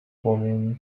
płomieniu